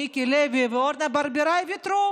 מיקי לוי ואורנה ברביבאי ייאמר שהם ויתרו